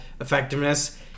effectiveness